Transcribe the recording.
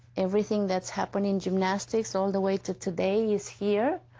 everything that's happened in gymnastics all the way to today is here.